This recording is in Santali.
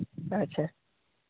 ᱟᱪᱪᱷᱟ